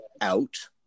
out